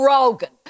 Rogan